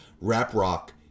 rap-rock